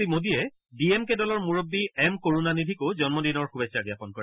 শ্ৰী মোদীয়ে D M K দলৰ মুৰববী এম কৰুণানিধিকো জন্মদিনৰ শুভেছা জাপন কৰে